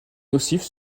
nocifs